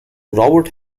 robert